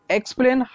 explain